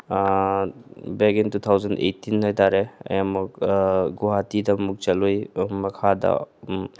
bag in two thousand eighteen ꯍꯥꯏ ꯇꯥꯔꯦ ꯑꯩ ꯑꯃꯨꯛ ꯒꯨꯍꯥꯇꯤꯗ ꯑꯃꯨꯛ ꯆꯠꯂꯨꯏ ꯃꯈꯥꯗ